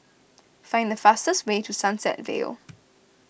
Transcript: find the fastest way to Sunset Vale